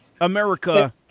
America